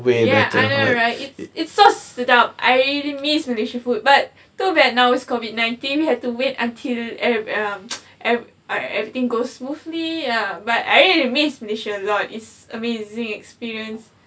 ya I know right it's so sedap I really miss malaysia food but too bad now is COVID nineteen we had to wait until eve~ um alright everything goes smoothly um but I really miss malaysia a lot it's amazing experience